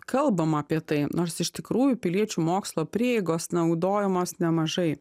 kalbama apie tai nors iš tikrųjų piliečių mokslo prieigos naudojamos nemažai